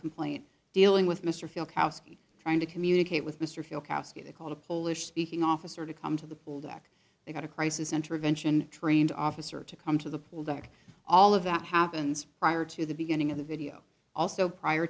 complaint dealing with mr feel koski trying to communicate with mr feel koski to call a polish speaking officer to come to the pool deck they've got a crisis intervention trained officer to come to the pool deck all of that happens prior to the beginning of the video also prior